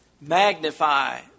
magnify